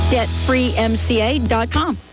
DebtFreeMCA.com